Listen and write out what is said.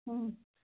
অঁ